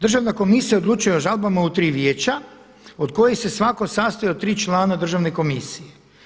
Državna komisija odlučuje o žalbama u tri vijeća od kojih se svako sastoji od 3 člana Državne komisije.